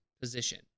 position